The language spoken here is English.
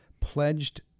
pledged